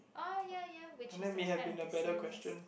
oh ya ya which is a kind of the same as